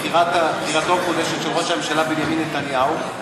בבחירתו המחודשת של ראש הממשלה בנימין נתניהו,